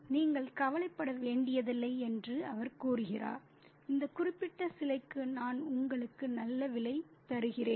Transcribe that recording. நீங்கள் கவலைப்பட வேண்டியதில்லை என்று அவர் கூறுகிறார் இந்த குறிப்பிட்ட சிலைக்கு நான் உங்களுக்கு நல்ல விலை தருகிறேன்